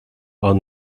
are